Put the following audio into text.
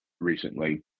recently